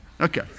Okay